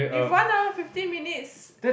if one hour fifty minutes